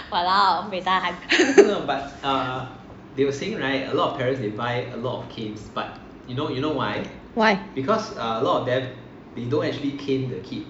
!walao! buay tahan why